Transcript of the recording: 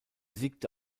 siegte